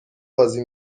بازی